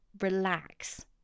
relax